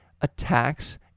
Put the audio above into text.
attacks